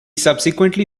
subsequently